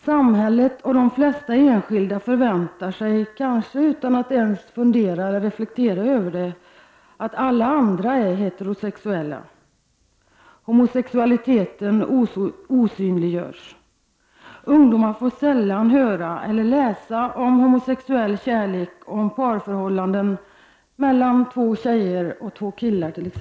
Samhället och de flesta enskilda förväntar sig, kanske utan att ens fundera eller reflektera över det, att alla andra är heterosexuella. Homosexualitet osynliggörs. Ungdomar får sällan höra eller läsa om homosexuell kärlek eller om parförhållanden mellan två tjejer eller två killar.